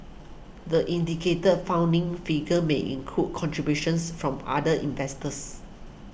the indicated funding figure may include contributions from other investors